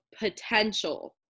potential